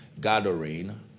gathering